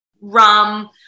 rum